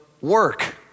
work